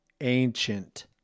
ancient